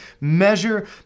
measure